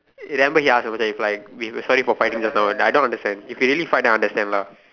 remember he ask whether he fight we sorry for fighting just now but I don't understand if he really fight then I will understand lah